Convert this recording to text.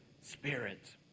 Spirit